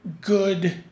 good